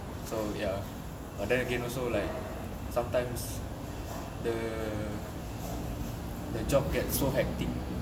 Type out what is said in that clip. so ya but then again also like sometimes the the job gets so hectic